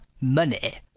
money